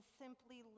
simply